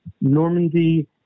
Normandy